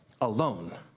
alone